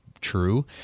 true